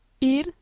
Ir